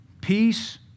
peace